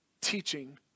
teaching